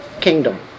kingdom